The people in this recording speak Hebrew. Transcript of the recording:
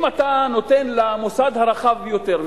אם אתה נותן למוסד הרחב ביותר,